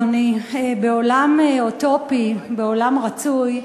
אדוני, בעולם אוטופי, בעולם רצוי,